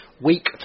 Week